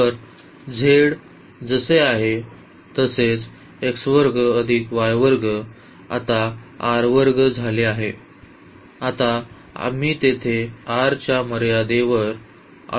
तर z जसे आहे तसेच आता झाले आहे आता आम्ही येथे r च्या मर्यादेवर आलो आहोत